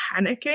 panicking